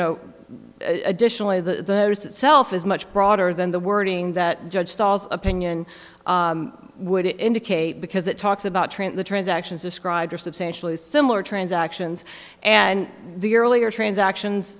know additionally the itself is much broader than the wording that judge sauls opinion would indicate because it talks about trans the transactions described are substantially similar transactions and the earlier transactions